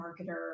marketer